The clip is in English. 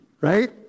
right